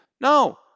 No